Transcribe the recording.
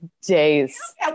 days